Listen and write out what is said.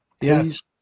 Yes